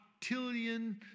octillion